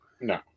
no